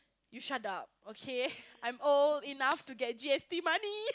you shut up okay I'm enough to get G_S_T money